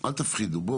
--- אל תפחידו.